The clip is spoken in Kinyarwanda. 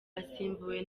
asimbuwe